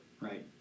right